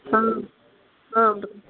ಹಾಂ ಹ್ಞೂ ರೀ